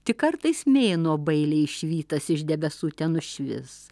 tik kartais mėnuo bailiai išvytas iš debesų tenušvis